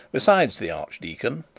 besides the archdeacon,